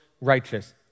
righteous